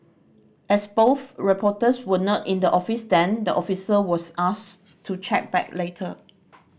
as both reporters were not in the office then the officer was asked to check back later